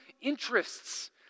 interests